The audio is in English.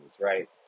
right